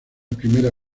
primera